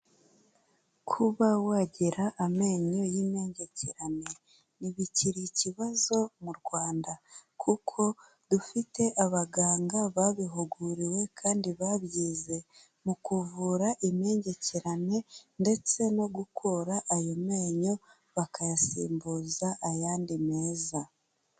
Kuba wagira amenyo y'impengekerane ntibikiri ikibazo mu Rwanda, kuko dufite abaganga babihuguriwe kandi babyize mu kuvura impengekerane ndetse no gukura ayo menyo, bakayasimbuza ayandi meza.